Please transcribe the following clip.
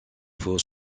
faut